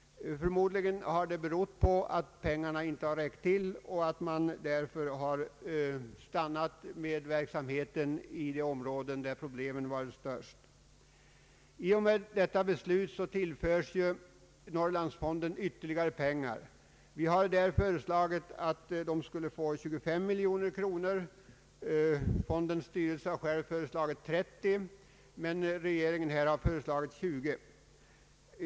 Förmodligen har det berott på att pengarna inte räckt till och att man stannat med verksamheten i de områden där problemen varit störst. I och med detta beslut tillförs ju Norrlandsfonden ytterligare pengar. Vi har föreslagit att fonden skulle få 25 miljoner kronor. Fondens styrelse har själv föreslagit 30 miljoner kronor. Regeringen har stannat för 20 miljoner kronor.